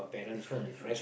different different